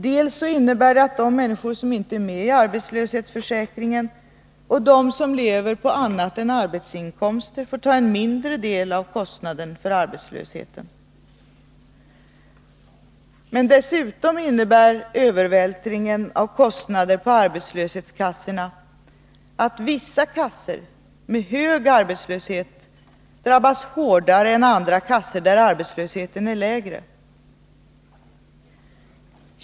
Först och främst innebär det att de som inte är med i arbetslöshetskassor och de som lever på annat än arbetsinkomster får ta en mindre del av kostnaden för arbetslösheten. Men dessutom innebär övervältringen av kostnaderna på arbetslöshetskassorna att kassor med hög arbetslöshet drabbas hårdare än andra kassor, där arbetslösheten är lägre.